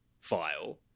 file